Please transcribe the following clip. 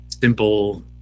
simple